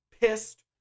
pissed